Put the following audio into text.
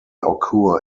occur